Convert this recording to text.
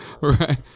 right